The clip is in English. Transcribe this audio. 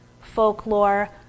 folklore